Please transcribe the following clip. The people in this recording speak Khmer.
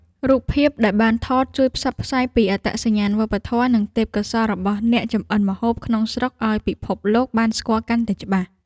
រូបភាពដែលបានថត ជួយផ្សព្វផ្សាយពីអត្តសញ្ញាណវប្បធម៌ និងទេពកោសល្យរបស់អ្នកចម្អិនម្ហូបក្នុងស្រុកឱ្យពិភពលោកបានស្គាល់កាន់តែច្បាស់។